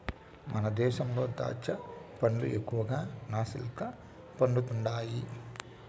మన దేశంలో దాచ్చా పండ్లు ఎక్కువగా నాసిక్ల పండుతండాయి